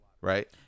right